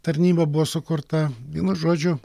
tarnyba buvo sukurta vienu žodžiu